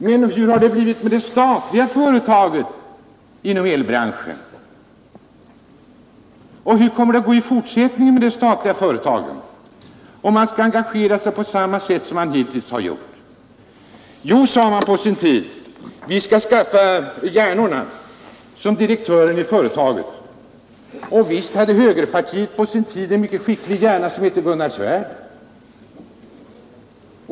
Men hur har det blivit med det statliga företaget inom elbranschen, och hur kommer det att gå i fortsättningen med de statliga företagen, om man skall engagera sig på samma sätt som man hittills har gjort? Man sade på sin tid: Vi skall skaffa hjärnorna som direktörer i företagen. Och visst hade högerpartiet en mycket skicklig hjärna, Gunnar Svärd.